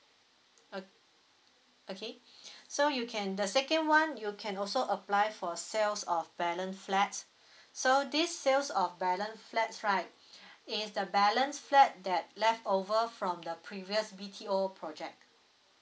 okay okay so you can the second one you can also apply for sales of balance flat so this sales of balance flats right it's the balance flat that left over from the previous B_T_O project